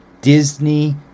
Disney